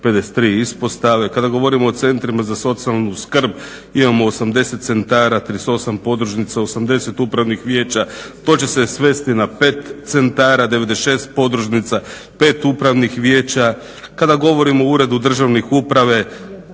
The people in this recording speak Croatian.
53 ispostave. Kada govorimo o centrima za socijalnu skrb imamo 80 centara, 38 podružnica, 80 upravnih vijeća. To će se svesti na 5 centara, 96 podružnica, 5 upravnih vijeća. Kada govorimo o Uredu državne uprave